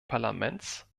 parlaments